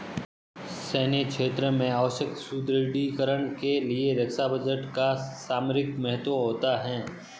सैन्य क्षेत्र में आवश्यक सुदृढ़ीकरण के लिए रक्षा बजट का सामरिक महत्व होता है